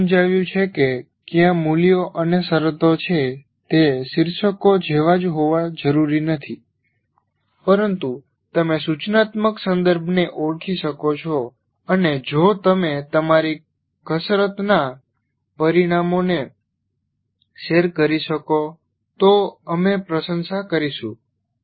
અમે સમજાવ્યું છે કે કયા મૂલ્યો અને શરતો છે તે શીર્ષકો જેવાજ હોવા જરૂરી નથી પરંતુ તમે સૂચનાત્મક સંદર્ભને ઓળખી શકો છો અને જો તમે તમારી કસરતના પરિણામો શેર કરી શકો તો અમે પ્રશંસા કરીશું